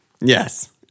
Yes